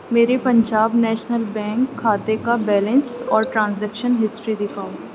میری Punjab National Bank کھاتے کا بیلنس اور ٹرانزیکشن ہسٹری دکھاؤ